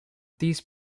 these